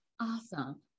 awesome